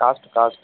cost cost